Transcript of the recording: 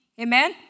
Amen